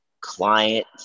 client